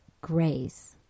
grace